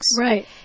right